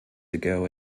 ago